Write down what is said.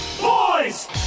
Boys